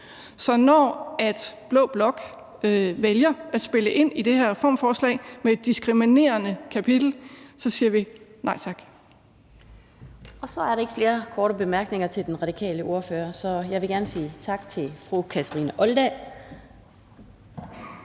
Så når blå blok vælger at spille ind i det her reformforslag med et diskriminerende kapitel, siger vi nej tak. Kl. 12:56 Den fg. formand (Annette Lind): Der er ikke flere korte bemærkninger til den radikale ordfører, så jeg vil gerne sige tak til fru Kathrine Olldag